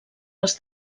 els